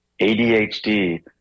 ADHD